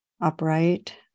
upright